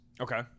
Okay